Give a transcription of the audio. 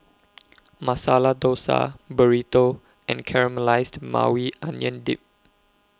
Masala Dosa Burrito and Caramelized Maui Onion Dip